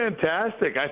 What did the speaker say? fantastic